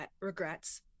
regrets